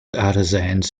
artisans